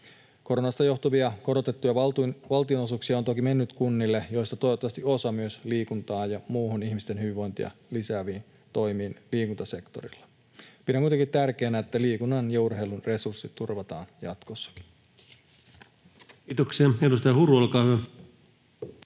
koronasta johtuvia korotettuja valtionosuuksia, joista toivottavasti osa myös liikuntaan ja muuhun ihmisten hyvinvointia lisääviin toimiin liikuntasektorilla. Pidän kuitenkin tärkeänä, että liikunnan ja urheilun resurssit turvataan jatkossakin. Kiitoksia. — Edustaja Huru, olkaa hyvä.